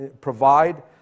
provide